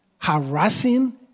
harassing